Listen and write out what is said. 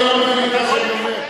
אני לא יכול לקרוא את ליצמן לסדר,